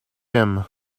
him